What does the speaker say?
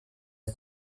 als